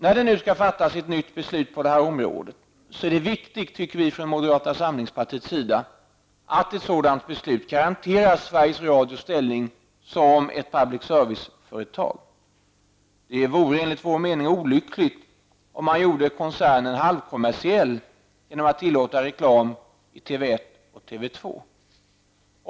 När det nu skall fattas ett nytt beslut på detta område är det enligt moderata samlingspartiets mening viktigt att ett sådant beslut garanterar Sveriges Radios ställning som ett public serviceföretag. Enligt vår uppfattning vore det olyckligt om koncernen gjordes halvkommersiell genom att reklam tilläts i TV 1 och TV 2.